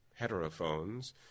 heterophones